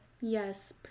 Yes